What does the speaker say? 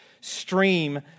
stream